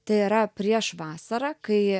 tai yra prieš vasarą kai